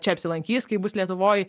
čia apsilankys kai bus lietuvoj